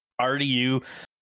RDU